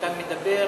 אתה מדבר